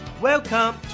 welcome